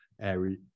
area